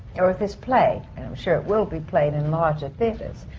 or if this play. and i'm sure it will be played in larger theatres.